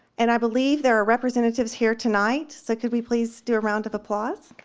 and i believe there are representatives here tonight, so could we please do a round of applause?